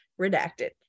redacted